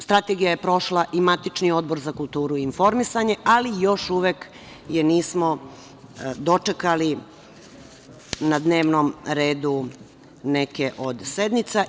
Strategija je prošla i matični Odbor za kulturu i informisanje, ali još uvek je nismo dočekali na dnevnom redu neke od sednica.